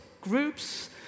groups